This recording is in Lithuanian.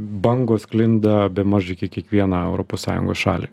bangos sklinda bemaž iki kiekvieną europos sąjungos šalį